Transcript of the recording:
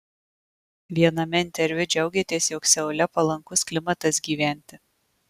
viename interviu džiaugėtės jog seule palankus klimatas gyventi